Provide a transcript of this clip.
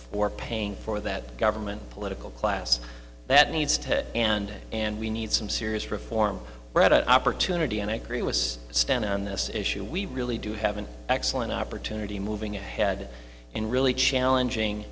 for paying for that government political class that needs to and and we need some serious reform brought an opportunity and i agree was standing on this issue we really do have an excellent opportunity moving ahead in really challenging